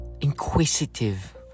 inquisitive